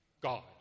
God